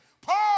Paul